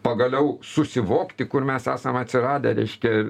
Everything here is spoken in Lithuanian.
pagaliau susivokti kur mes esam atsiradę reiškia